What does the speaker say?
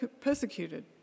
persecuted